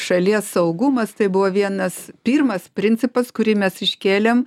šalies saugumas tai buvo vienas pirmas principas kurį mes iškėlėm